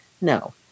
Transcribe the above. No